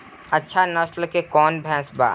अच्छा नस्ल के कौन भैंस बा?